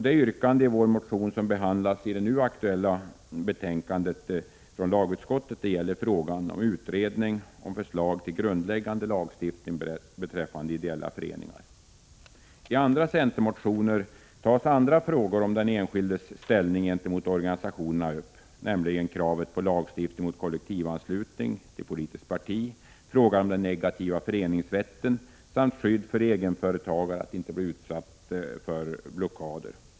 Det yrkande i vår motion L202 som behandlas i det nu aktuella betänkandet från lagutskottet gäller frågan om utredning om förslag till grundläggande lagstiftning beträffande ideella föreningar. I andra centermotioner tas andra frågor om den enskildes ställning gentemot organisationerna upp, nämligen kravet på lagstiftning mot kollektivanslutning till politiskt parti, frågan om den negativa föreningsrätten samt frågan om skydd för egenföretagare att inte bli utsatta för blockader.